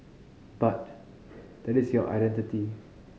but that is your identity